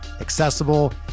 accessible